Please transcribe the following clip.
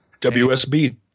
wsb